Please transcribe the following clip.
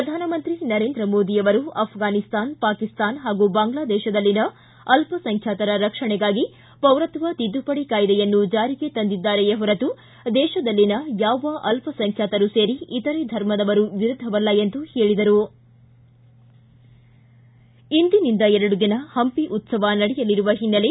ಪ್ರಧಾನಮಂತ್ರಿ ನರೇಂದ್ರ ಮೋದಿಯವರು ಅಫಘಾನಿಸ್ತಾನ ಪಾಕಿಸ್ತಾನ ಹಾಗೂ ಬಾಂಗ್ಲದೇಶದಲ್ಲಿನ ಅಲ್ಪಸಂಖ್ಯಾತರ ರಕ್ಷಣೆಗಾಗಿ ಪೌರತ್ವ ತಿದ್ದುಪಡಿ ಕಾಯ್ದೆಯನ್ನು ಜಾರಿಗೆ ತಂದಿದ್ದಾರೆಯೇ ಹೊರತು ದೇಶದಲ್ಲಿನ ಯಾವ ಅಲ್ಲಸಂಖ್ಯಾತರು ಸೇರಿ ಇತರೆ ಧರ್ಮದವರ ವಿರುದ್ದವಲ್ಲ ಎಂದರು ಇಂದಿನಿಂದ ಎರಡು ದಿನ ಹಂಪಿ ಉತ್ಲವ ನಡೆಯಲಿರುವ ಹಿನ್ನೆಲೆ